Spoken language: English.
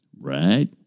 Right